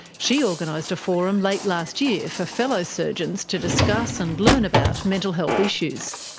she organised a forum late last year for fellow surgeons to discuss and learn about mental health issues.